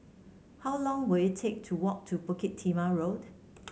how long will it take to walk to Bukit Timah Road